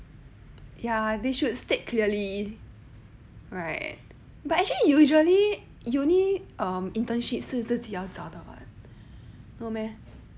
ya they should state clearly right but actually you usually uni um internship 是自己要找到的 [what] no meh